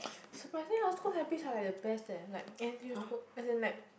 surprising I was quite happy sia like the best eh like as in like